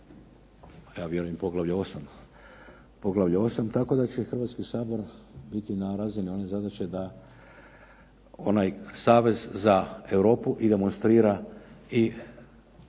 ja vjerujem i poglavlje 8. tako da će Hrvatski sabor biti na razini one zadaće da onaj savez za Europu i demonstrira i